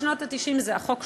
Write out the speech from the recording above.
בשנות ה-90 החוק שונה,